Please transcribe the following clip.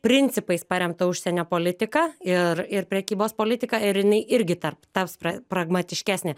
principais paremtą užsienio politiką ir ir prekybos politiką ir jinai irgi tarp taps pra pragmatiškesnė